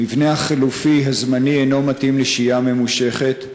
המבנה החלופי הזמני אינו מתאים לשהייה ממושכת,